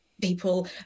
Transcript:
people